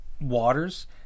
waters